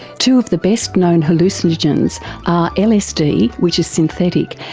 two of the best known hallucinogens are lsd which is synthetic,